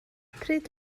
pryd